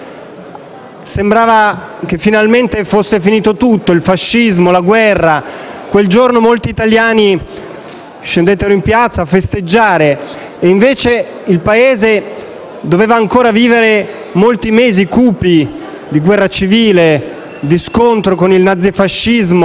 Sembrava che finalmente fosse finito tutto, il fascismo, la guerra. Quel giorno molti italiani scesero in piazza per festeggiare. Invece il Paese doveva ancora vivere molti mesi cupi di guerra civile e di scontro con il nazifascismo.